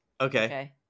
Okay